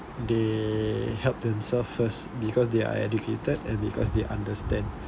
they help themselves first because they are educated and because they understand